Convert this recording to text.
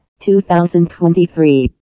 2023